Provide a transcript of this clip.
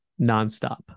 nonstop